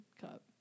cup